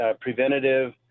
preventative